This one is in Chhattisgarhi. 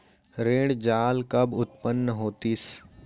ऋण जाल कब उत्पन्न होतिस?